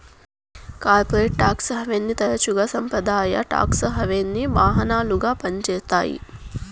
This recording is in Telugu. కార్పొరేట్ టాక్స్ హావెన్ని తరచుగా సంప్రదాయ టాక్స్ హావెన్కి వాహనాలుగా పంజేత్తాయి